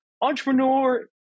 Entrepreneur